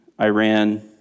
Iran